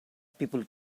people